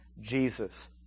Jesus